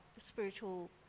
spiritual